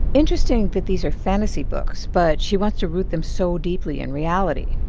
interesting that these are fantasy books, but she wants to root them so deeply in reality.